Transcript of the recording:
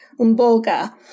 umboga